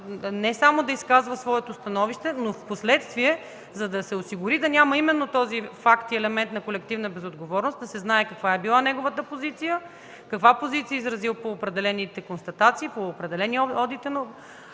не само да изказва своето становище, но впоследствие, за да се осигури да няма именно този факт и елемент на колективна безотговорност, да се знае каква е била неговата позиция, каква позиция е изразил по определените констатации, по определения одитен